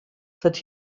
that